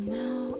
now